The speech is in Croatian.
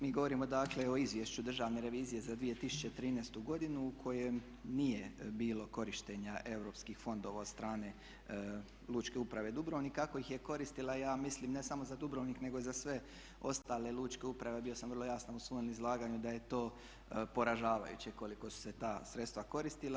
Mi govorimo dakle o Izvješću Državne revizije za 2013. godinu u kojem nije bilo korištenja europskih fondova od strane Lučke uprave Dubrovnik, ako ih je koristila ja mislim ne samo za Dubrovnik nego i za sve ostale lučke uprave bio sam vrlo jasan u svom izlaganju da je to poražavajuće koliko su se ta sredstva koristila.